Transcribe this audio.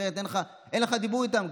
אחרת אין לך דיבור איתם.